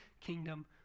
kingdom